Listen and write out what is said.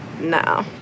No